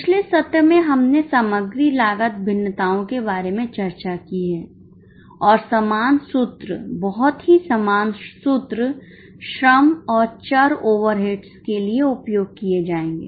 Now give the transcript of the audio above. पिछले सत्र में हमने सामग्री लागत भिन्नताओं के बारे में चर्चा की है और समान सूत्र बहुत ही समान सूत्र श्रम और चर ओवरहेड्स के लिए उपयोग किए जाएंगे